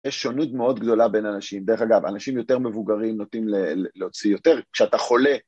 יש שונות מאוד גדולה בין אנשים. דרך אגב, אנשים יותר מבוגרים נוטים להוציא יותר. כשאתה חולה...